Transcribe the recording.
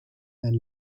and